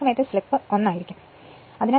ആ സമയത്തെ സ്ലിപ്പ് 1 ആയിരിക്കുo